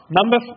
number